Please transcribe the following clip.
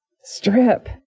Strip